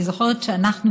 אני זוכרת שאנחנו,